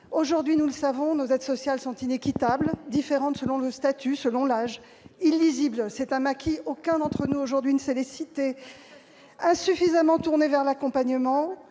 Aujourd'hui, nous le savons, nos aides sociales sont inéquitables, différentes selon le statut et selon l'âge, illisibles- c'est un maquis, aucun d'entre nous, aujourd'hui, ne sait les citer -, insuffisamment tournées vers l'accompagnement.